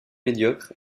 médiocre